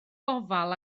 gofal